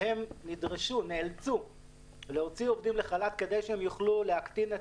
והן נאלצו להוציא עובדים לחל"ת כדי שהם יוכלו להקטין את